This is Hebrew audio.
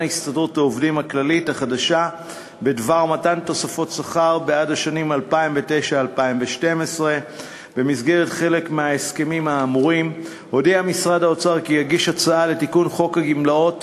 הסתדרות העובדים הכללית החדשה בדבר מתן תוספות שכר בעד השנים 2009 2012. במסגרת חלק מההסכמים האמורים הודיע משרד האוצר כי יגיש הצעה לתיקון חוק הגמלאות